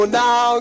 now